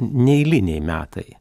neeiliniai metai